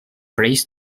prays